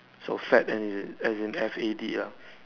so fad as in as in F A D ah